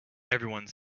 everyone